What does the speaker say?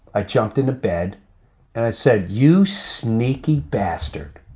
i jumped into bed and i said, you sneaky bastard.